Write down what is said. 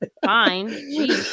Fine